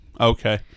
Okay